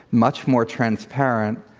much more transparent.